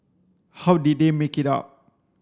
how did they make it up